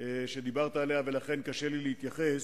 שדיברת עליה, ולכן קשה לי להתייחס.